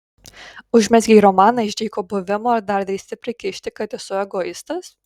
užmezgei romaną iš dyko buvimo ir dar drįsti prikišti kad esu egoistas